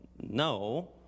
no